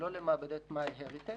ולא למעבדת MyHeritage.